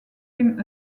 him